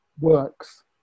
works